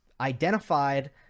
identified